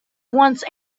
once